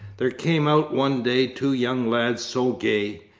there came out one day two young lads so gay.